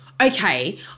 okay